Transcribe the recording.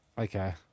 Okay